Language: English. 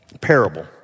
parable